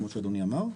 כמו שאדוני אמר,